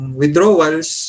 withdrawals